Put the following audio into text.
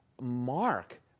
mark